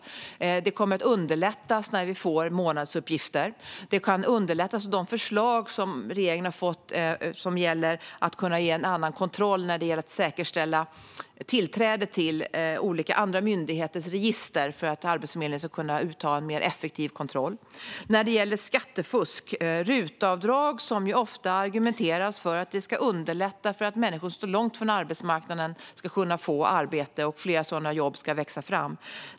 Detta kommer att underlättas när vi får månadsuppgifter, och det kan underlättas av de förslag som regeringen har fått och som gäller att kunna göra en annan kontroll för att säkerställa tillträde till andra myndigheters register så att Arbetsförmedlingen kan utöva en mer effektiv kontroll. Det argumenteras ofta för att RUT-avdrag ska underlätta för att människor som står långt från arbetsmarknaden ska kunna få arbete och för att fler sådana jobb ska växa fram.